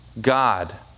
God